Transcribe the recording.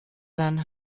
then